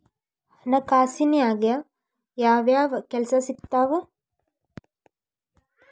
ಹಣಕಾಸಿನ್ಯಾಗ ಯಾವ್ಯಾವ್ ಕೆಲ್ಸ ಸಿಕ್ತಾವ